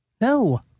No